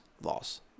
loss